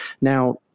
Now